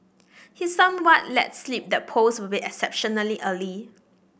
he somewhat let slip that polls will be exceptionally early